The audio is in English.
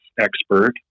expert